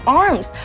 arms